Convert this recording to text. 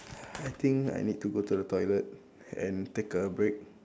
I think I need to go to the toilet and take a break